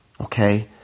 Okay